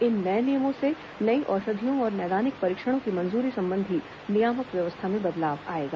इन नए नियमों से नई औषधियों और नैदानिक परीक्षणों की मंजूरी संबंधी नियामक व्यवस्था में बदलाव आएगा